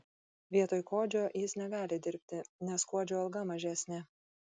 vietoj kuodžio jis negali dirbti nes kuodžio alga mažesnė